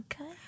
Okay